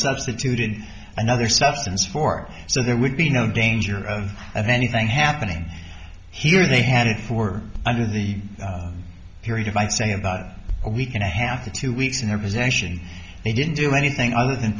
substituted another substance for it so there would be no danger of of anything happening here they had it for under the period of i'd say about a week and a half to two weeks in their possession they didn't do anything other than